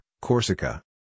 Corsica